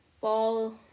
Ball